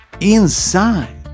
inside